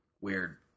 Weird